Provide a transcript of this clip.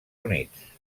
units